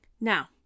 Now